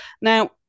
Now